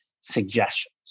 suggestions